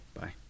Bye